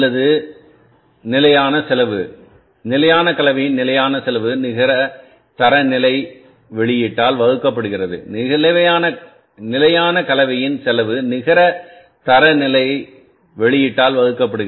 நிலையான வீதம் என்பது அல்லது நிலையான விகிதம் என்பது நிலையான செலவு நிலையான கலவையின் நிலையான செலவு நிகர தரநிலை வெளியீட்டால் வகுக்கப்படுகிறது நிலையான கலவையின்செலவு நிகர தரநிலை வெளியீட்டால் வகுக்கப்படுகிறது